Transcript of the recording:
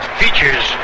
features